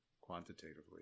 quantitatively